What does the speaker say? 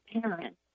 parents